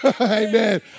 Amen